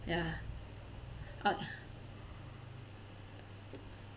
ya but